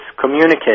communicate